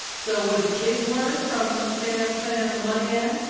so, what did the kids learn from sam-sam the money man,